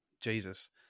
Jesus